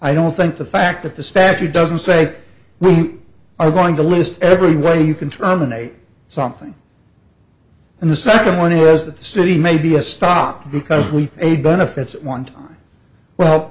i don't think the fact that the statute doesn't say we are going to list every way you can terminate something and the second one is that the city may be a stop because we pay benefits at one time wel